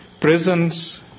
Prisons